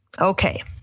Okay